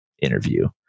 interview